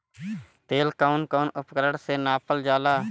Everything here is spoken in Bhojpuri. तेल कउन कउन उपकरण से नापल जाला?